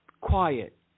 quiet